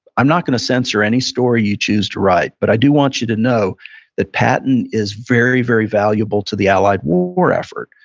i'm not going to censure any story you choose to write, but i do want you to know that patton is very, very valuable to the allied war effort.